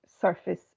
surface